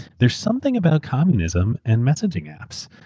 there's something about communism and messaging apps.